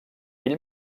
ell